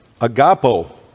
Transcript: agapo